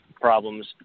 problems